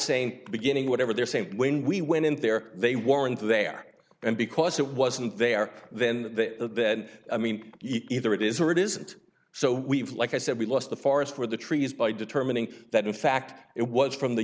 saying the beginning whatever they're saying when we went in there they weren't there and because it wasn't there then that i mean either it is or it isn't so we have like i said we lost the forest for the trees by determining that in fact it was from the